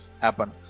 happen